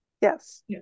Yes